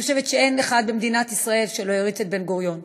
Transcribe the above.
אני חושבת שאין אחד במדינת ישראל שלא העריץ את בן-גוריון,